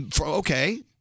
okay